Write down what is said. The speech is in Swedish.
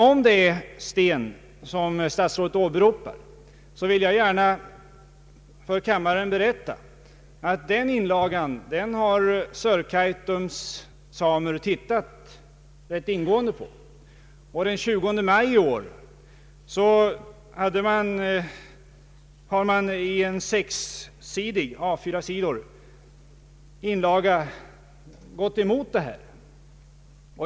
Om det är Stéen som statsrådet åberopar vill jag gärna för kammaren berätta att Sörkaitums samer redan ingående läst denna inlaga och den 20 maj i år bemött den i en skrivelse på sex A 4-sidor.